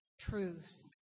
truths